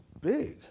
big